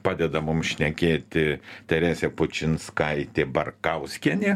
padeda mums šnekėti teresė pučinskaitė barkauskienė